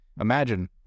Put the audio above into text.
Imagine